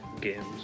games